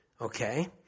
Okay